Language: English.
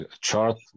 chart